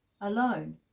alone